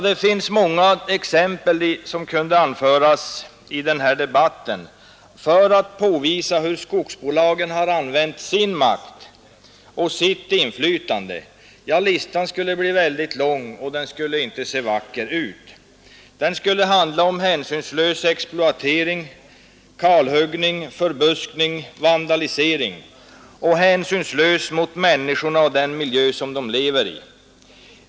Det finns många exempel som kunde anföras i denna debatt för att påvisa hur skogsbolagen har använt sin makt och sitt inflytande. Listan skulle bli lång, och den skulle inte se vacker ut. Den skulle handla om hänsynslös exploatering, kalhuggning, förbuskning, vandalisering och hänsynslöshet mot människorna och den miljö de lever i.